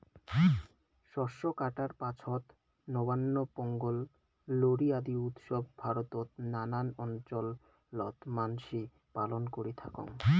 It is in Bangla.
শস্য কাটার পাছত নবান্ন, পোঙ্গল, লোরী আদি উৎসব ভারতত নানান অঞ্চলত মানসি পালন করি থাকং